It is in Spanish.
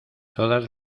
todas